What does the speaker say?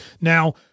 Now